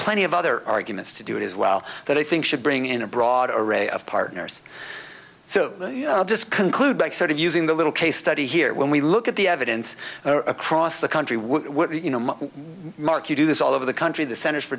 plenty of other arguments to do it as well that i think should bring in a broad array of partners so this conclude by sort of using the little case study here when we look at the evidence across the country we you know mark you do this all over the country the centers for